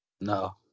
No